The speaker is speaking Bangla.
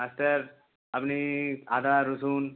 আর স্যার আপনি আদা রসুন